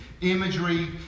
imagery